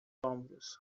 ombros